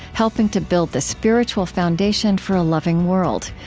helping to build the spiritual foundation for a loving world.